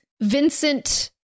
Vincent